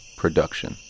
production